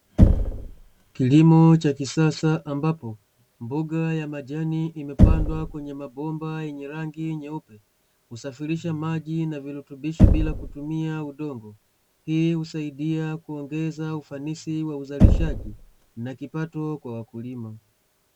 Kilimo cha kisasa ambapo mboga ya majani imepandwa kwenye mabomba yenye rangi nyeupe husafirisha maji na virutubisho bila kutumia udongo, hii husaidia kuongeza ufanisi wa uzalishaji na kipato kwa wakulima.